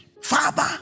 Father